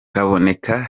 kaboneka